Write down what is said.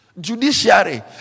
judiciary